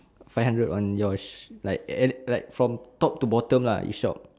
five hundred on your sh~ sh~ like ev~ like from top to bottom lah you shop